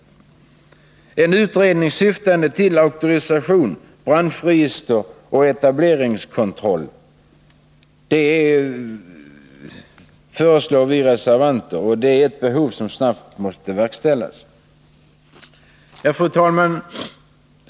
Vi reservanter föreslår en utredning syftande till auktorisation, branschregister och etableringskontroll. Det är ett behov som snabbt måste tillgodoses. Fru talman!